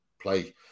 play